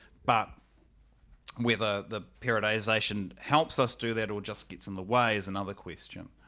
but whether the periodization helps us do that or just gets in the way is another question.